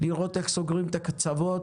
לראות איך סוגרים את הקצוות.